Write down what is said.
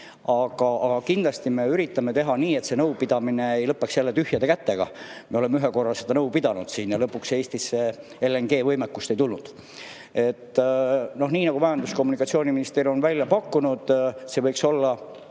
Aga kindlasti me üritame teha nii, et see nõupidamine ei lõpeks jälle tühjade kätega. Me oleme ühe korra seda nõu pidanud, aga lõpuks Eestisse LNG‑võimekust ei tulnud. Majandus‑ ja Kommunikatsiooniministeerium on välja pakkunud, et see võiks LNG